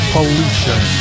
Pollution